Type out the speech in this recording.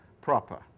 proper